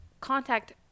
contact